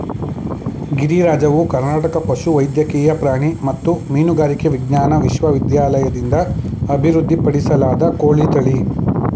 ಗಿರಿರಾಜವು ಕರ್ನಾಟಕ ಪಶುವೈದ್ಯಕೀಯ ಪ್ರಾಣಿ ಮತ್ತು ಮೀನುಗಾರಿಕೆ ವಿಜ್ಞಾನ ವಿಶ್ವವಿದ್ಯಾಲಯದಿಂದ ಅಭಿವೃದ್ಧಿಪಡಿಸಲಾದ ಕೋಳಿ ತಳಿ